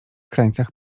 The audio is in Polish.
krańcach